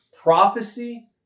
prophecy